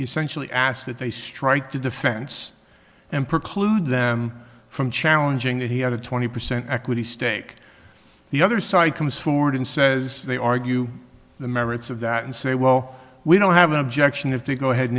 essentially asked that they strike the defense and preclude them from challenging that he had a twenty percent equity stake the other side comes forward and says they argue the merits of that and say well we don't have an objection if they go ahead and